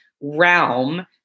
realm